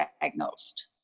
diagnosed